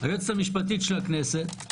היועצת המשפטית של הכנסת,